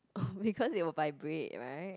because it will vibrate right